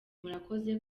murakoze